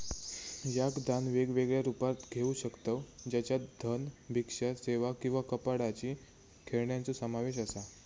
याक दान वेगवेगळ्या रुपात घेऊ शकतव ज्याच्यात धन, भिक्षा सेवा किंवा कापडाची खेळण्यांचो समावेश असा